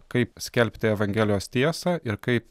kaip skelbti evangelijos tiesą ir kaip